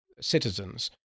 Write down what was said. citizens